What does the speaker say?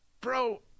bro